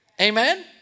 Amen